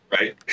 Right